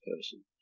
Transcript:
person